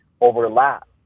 overlap